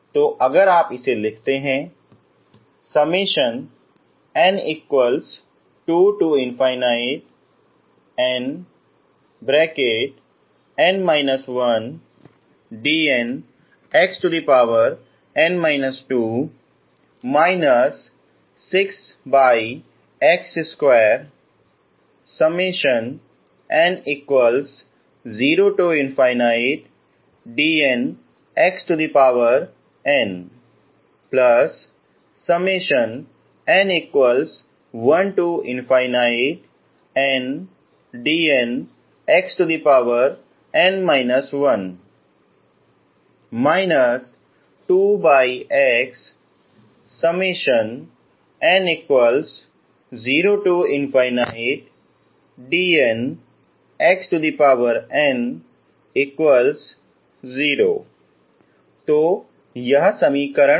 तो अगर आप इसे लिखते हैं तो यह समीकरण है